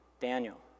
Daniel